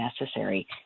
necessary